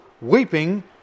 weeping